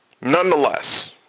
Nonetheless